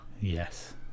yes